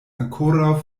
ankoraŭ